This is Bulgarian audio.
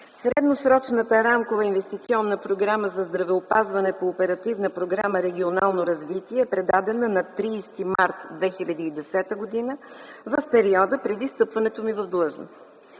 Средносрочната рамкова инвестиционна програма за здравеопазване по Оперативна програма „Регионално развитие” е предадена на 30 март 2010 г. в периода преди встъпването ми в длъжност.